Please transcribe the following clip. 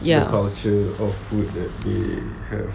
yes